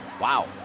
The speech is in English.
Wow